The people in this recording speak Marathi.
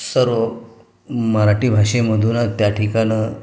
सर्व मराठी भाषेमधूनच त्या ठिकाणी